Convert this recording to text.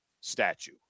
statue